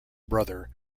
brother